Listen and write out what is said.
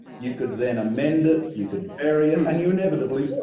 you could then amend it, you could vary and and you inevitably